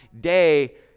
day